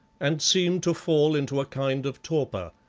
and seemed to fall into a kind of torpor,